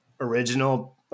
original